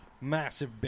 massive